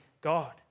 God